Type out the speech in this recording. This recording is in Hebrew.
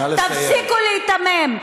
תפסיקו להיתמם.